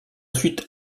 suite